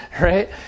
Right